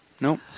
Nope